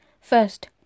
First